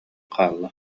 хаалла